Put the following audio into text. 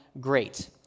great